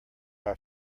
our